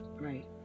Right